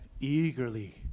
eagerly